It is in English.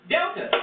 Delta